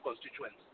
constituents